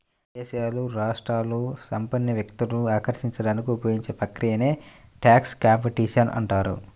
దేశాలు, రాష్ట్రాలు సంపన్న వ్యక్తులను ఆకర్షించడానికి ఉపయోగించే ప్రక్రియనే ట్యాక్స్ కాంపిటీషన్ అంటారు